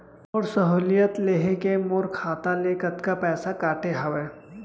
मोर सहुलियत लेहे के मोर खाता ले कतका पइसा कटे हवये?